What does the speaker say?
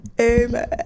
Amen